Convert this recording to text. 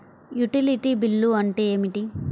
Utility bill అంటే ఏమిటి?